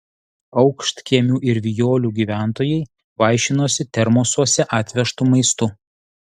aukštkiemių ir vijolių gyventojai vaišinosi termosuose atvežtu maistu